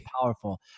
powerful